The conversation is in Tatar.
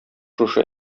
шушы